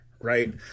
right